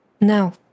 No